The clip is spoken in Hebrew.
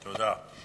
תודה.